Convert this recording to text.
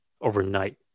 overnight